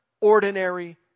ordinary